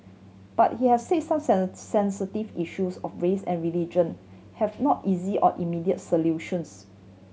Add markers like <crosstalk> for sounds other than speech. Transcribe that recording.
but he had say some <unintelligible> sensitive issues of race and religion have no easy or immediate solutions